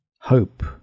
hope